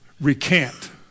recant